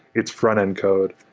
it's frontend code.